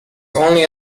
only